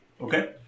Okay